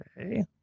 Okay